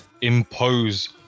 impose